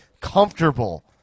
comfortable